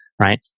right